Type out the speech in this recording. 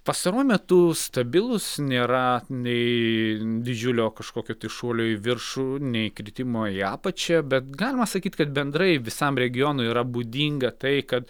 pastaruoju metu stabilūs nėra nei didžiulio kažkokio šuolio į viršų nei kritimo į apačią bet galima sakyt kad bendrai visam regionui yra būdinga tai kad